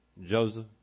Joseph